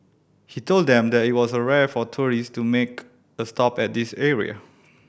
he told them that it was rare for tourist to make a stop at this area